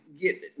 get